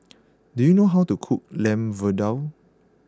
do you know how to cook Lamb Vindaloo